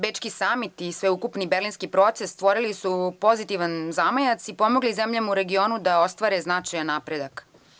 Bečki samit i sveukupni berlinski proces stvorili su pozitivan zamajac i pomogli zemljama u regionu da ostvare značajan napredak.